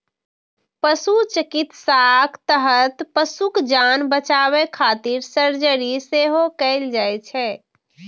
पशु चिकित्साक तहत पशुक जान बचाबै खातिर सर्जरी सेहो कैल जाइ छै